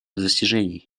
достижений